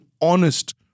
honest